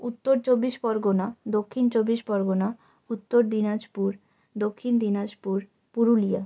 Uttar Chabbish Pargana Dakshin Chabbish Pargana Uttar Dinajpur Dakshin Dinajpur Purulia